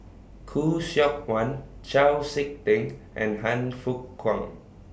Khoo Seok Wan Chau Sik Ting and Han Fook Kwang